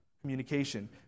communication